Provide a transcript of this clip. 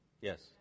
Yes